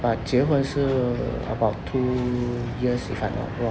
but 结婚是 about two years if I'm not wrong